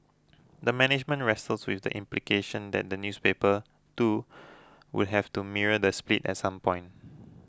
the management wrestled with the implication that the newspaper too would have to mirror the split at some point